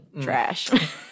trash